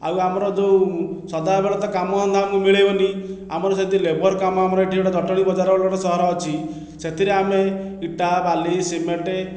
ଆଉ ଆମର ଯେଉଁ ସଦା ବେଳେ ତ କାମଧନ୍ଦା ଆମକୁ ମିଳିବନାହିଁ ଆମର ଯଦି ଲେବର୍ କାମ ଏଠି ଗୋଟିଏ ଜଟଣୀ ବଜାର ବୋଲି ଗୋଟିଏ ସହର ଅଛି ସେଥିରେ ଆମେ ଇଟା ବାଲି ସିମେଣ୍ଟ